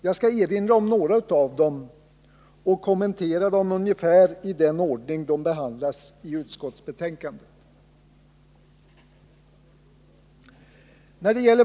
Jag skall erinra om några av dem och kommentera dem ungefär i den ordning de behandlas i utskottsbetänkandet.